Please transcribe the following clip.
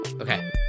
Okay